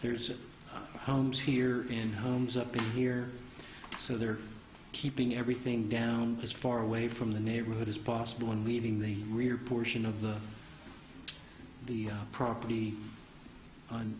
there's homes here and homes up in here so they're keeping everything down as far away from the neighborhood as possible and leaving the rear portion of the the property and